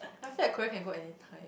I feel like Korea can go anytime